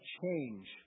change